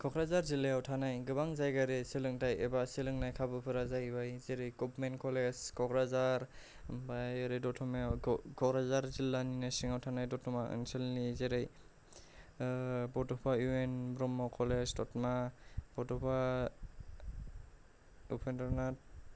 क'क्राझार जिल्लायाव थानाय गोबां जायगायारि सोलोंथाइ एबा सोलोंनाय खाबुफोरा जाहैबाय जेरै गभर्नमेन्ट कलेज क'क्राझार ओमफाय ओरै दतमायाव क'क्राझार जिल्लानिनो सिङाव थानाय दतमा ओनसोलनि जेरै Bodofa U N Brahma college दतमा बड'फा उपेन्द्रनाथ